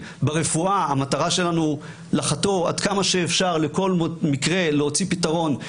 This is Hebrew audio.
ברפואה המטרה שלנו היא לחתור עד כמה שאפשר לכל מקרה ולמצוא פתרון,